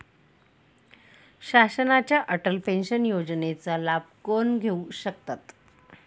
शासनाच्या अटल पेन्शन योजनेचा लाभ कोण घेऊ शकतात?